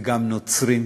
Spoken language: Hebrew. וגם נוצרים,